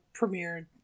premiered